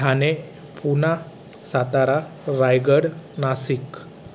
Thane Poona Satara Raigad Nashik